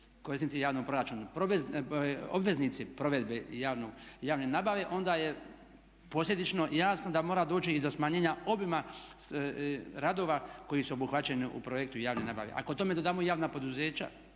korisnici javnog proračuna, obveznici provedbe javne nabave onda je posljedično jasno da mora doći i do smanjenja obima radova koji su obuhvaćeni u projektu javne nabave. Ako tome dodamo i javna poduzeća